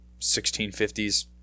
1650s